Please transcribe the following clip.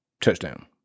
touchdown